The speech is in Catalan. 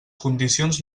condicions